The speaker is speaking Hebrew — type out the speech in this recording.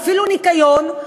ואפילו ניקיון,